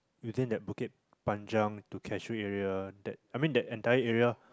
within that Bukit Panjang to Cahsee area that I mean that entire area